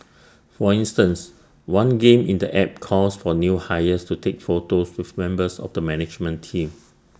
for instance one game in the app calls for new hires to take photos with members of the management team